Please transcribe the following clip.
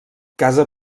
casa